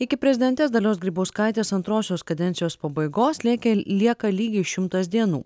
iki prezidentės dalios grybauskaitės antrosios kadencijos pabaigos lėkė lieka lygiai šimtas dienų